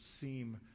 seem